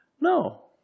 no